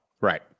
Right